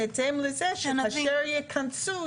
בהתאם לזה שכאשר יגיעו,